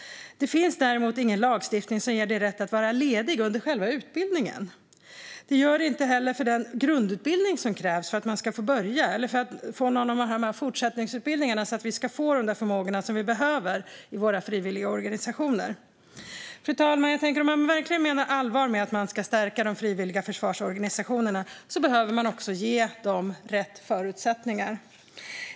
Det finns däremot ingen lagstiftning som ger rätt att vara ledig under själva utbildningen. Det gör det inte heller för den grundutbildning som krävs för att man ska få börja eller för att genomgå någon av fortsättningsutbildningarna, så att vi ska få de där förmågorna som vi behöver i våra frivilligorganisationer. Fru talman! Om man verkligen menar allvar med att stärka de frivilliga försvarsorganisationerna behöver man också ge dem rätt förutsättningar.